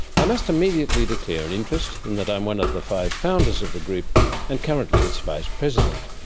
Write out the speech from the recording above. i must immediately declare an interest in that i am one of the five founders of the group and currently its vice-president.